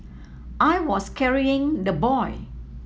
I was carrying the boy